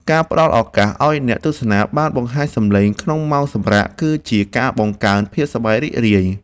ការផ្ដល់ឱកាសឱ្យអ្នកទស្សនាបានបង្ហាញសម្លេងក្នុងម៉ោងសម្រាកគឺជាការបង្កើនភាពសប្បាយរីករាយ។